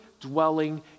dwelling